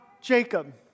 Jacob